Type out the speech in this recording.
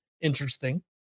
Interesting